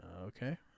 Okay